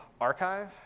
archive